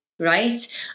Right